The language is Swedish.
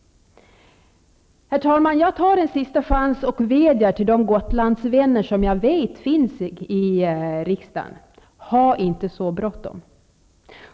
Herr talman! Jag tar en sista chans och vädjar till de Gotlandsvänner som jag vet finns i riksdagen: Ha inte så bråttom!